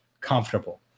comfortable